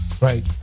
right